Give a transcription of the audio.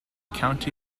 county